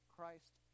Christ